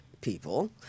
people